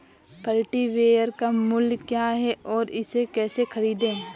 Cultivator का मूल्य क्या है और इसे कैसे खरीदें?